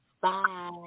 Bye